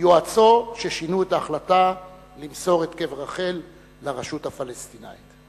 יועצו ששינו את ההחלטה למסור את קבר רחל לרשות הפלסטינית.